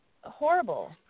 horrible